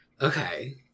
Okay